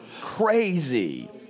crazy